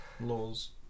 Laws